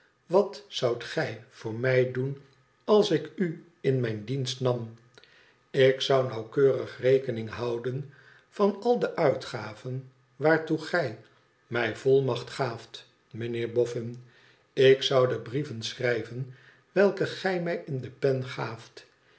wat zoudt gij voor mij doen als ik u in mijn dienst nam ik zou nauwkeurig rekening houden van al de uitgaven waartoe gij mij volmacht gaaft mijnheer boffin ik zou de brieven schrijven welke gij mij in de pen gaaft